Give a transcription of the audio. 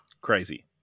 crazy